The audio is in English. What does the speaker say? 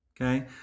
okay